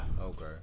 Okay